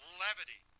levity